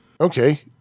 Okay